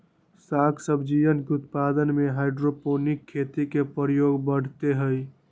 साग सब्जियन के उत्पादन में हाइड्रोपोनिक खेती के प्रयोग बढ़ते हई